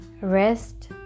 rest